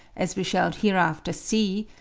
as we shall hereafter see,